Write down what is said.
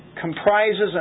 comprises